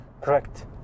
Correct